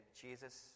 Jesus